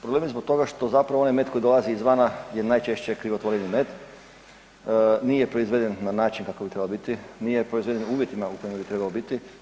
Problem je zbog toga što zapravo onaj med koji dolazi izvana je najčešće krivotvoreni med, nije proizveden na način kako bi trebalo biti, nije proizveden u uvjetima u kojima bi trebao biti.